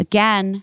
Again